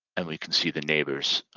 and we can see the neighbors.